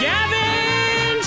Gavin